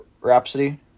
Rhapsody